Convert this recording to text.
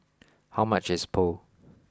how much is Pho